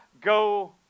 go